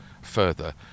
further